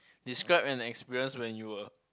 describe an experience when you were